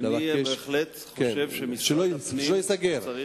אני בהחלט חושב שמשרד הפנים צריך,